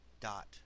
dot